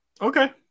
Okay